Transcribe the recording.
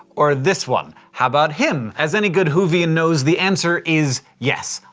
or this one? how about him? as any good whovian knows, the answer is yes,